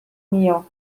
mio